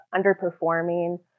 underperforming